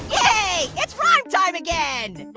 yay! it's rhyme time again.